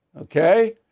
Okay